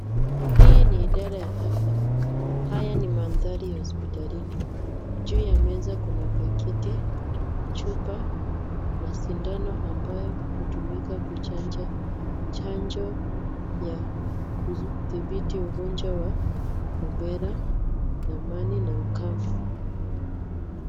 Hii ni idara ya afya, haya ni manthari ya hospitalini, juu ya meza kuna pakiti, chupa na sindano ambayo hutumika kuchanja chanjo ya kudhibiti ugonjwa wa rubela, ramali, na ukambi.